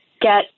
get